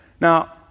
Now